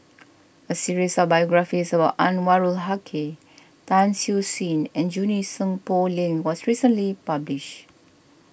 a series of biographies about Anwarul Haque Tan Siew Sin and Junie Sng Poh Leng was recently published